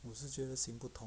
我是觉得行不通